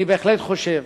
אני בהחלט חושב